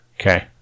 Okay